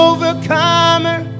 Overcomer